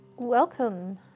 Welcome